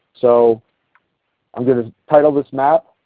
so i'm going to title this map,